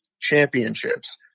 championships